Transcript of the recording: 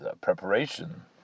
preparation